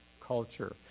culture